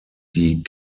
die